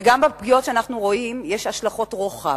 וגם בפגיעות שאנחנו רואים, יש השלכות רוחב.